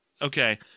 Okay